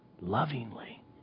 lovingly